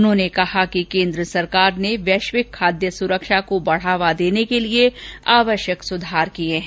उन्होंने कहा कि भारत सरकार ने वैश्विक खाद्य सुरक्षा को बढावा देने के लिए आवश्यक सुधार किये हैं